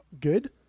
Good